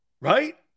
Right